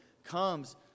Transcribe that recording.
comes